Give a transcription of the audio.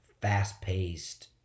fast-paced